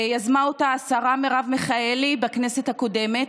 יזמה אותה השרה מרב מיכאלי בכנסת הקודמת.